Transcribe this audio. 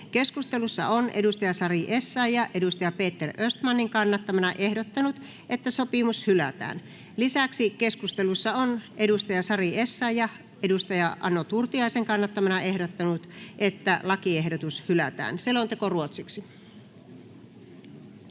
Keskustelussa on Sari Essayah Peter Östmanin kannattamana ehdottanut, että sopimus hylätään. Lisäksi keskustelussa on Sari Essayah Ano Turtiaisen kannattamana ehdottanut, että lakiehdotus hylätään. Hylkäysehdotuksista